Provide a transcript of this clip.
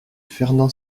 fernand